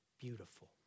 beautiful